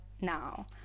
now